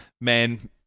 man-